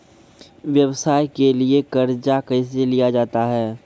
व्यवसाय के लिए कर्जा कैसे लिया जाता हैं?